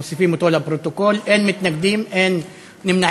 מוסיפים אותו לפרוטוקול, אין מתנגדים, אין נמנעים.